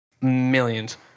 millions